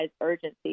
urgency